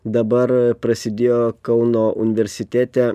dabar prasidėjo kauno universitete